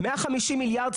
150 מיליארד,